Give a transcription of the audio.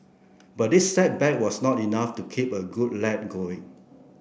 but this setback was not enough to keep a good lad going